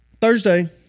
Thursday